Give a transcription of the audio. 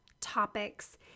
topics